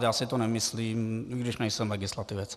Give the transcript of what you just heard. Já si to nemyslím, i když nejsem legislativec.